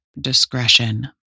discretion